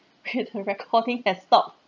her recording has stopped